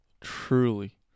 truly